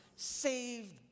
Saved